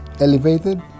elevated